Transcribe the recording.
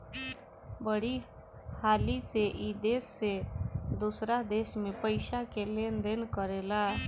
बड़ी हाली से ई देश से दोसरा देश मे पइसा के लेन देन करेला